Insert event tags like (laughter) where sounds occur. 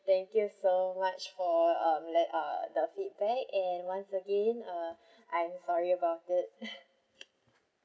thank you so much for um let uh the feedback and once again uh I'm sorry about it (laughs)